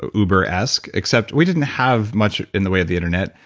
ah uber-esque, except we didn't have much in the way of the internet.